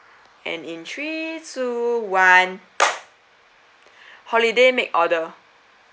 and in three two one holiday make order